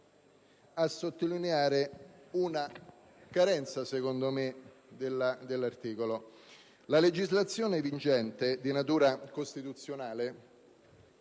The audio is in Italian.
a sottolineare una carenza dell'articolo. La legislazione vigente di natura costituzionale